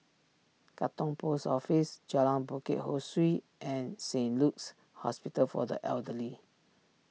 Katong Post Office Jalan Bukit Ho Swee and Saint Luke's Hospital for the Elderly